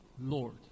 Lord